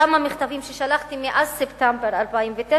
כמה מכתבים ששלחתי מאז ספטמבר 2009,